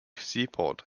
seaport